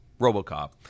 Robocop